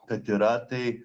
kad yra tai